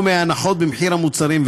או מהנחות במחיר המוצרים,